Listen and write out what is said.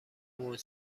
موج